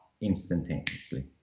instantaneously